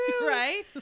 Right